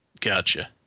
Gotcha